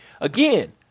Again